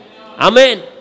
Amen